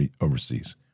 overseas